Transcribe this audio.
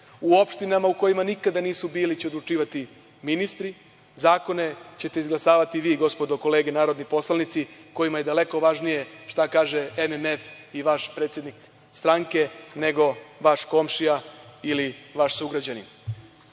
U opštinama u kojima nikada nisu bili će odlučivati ministri, zakone će te izglasavati vi, gospodo, kolege narodni poslanici kojima je daleko važnije šta kaže MMF i vaš predsednik stranke, nego vaš komšija ili vaš sugrađanin. Zbog